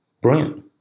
Brilliant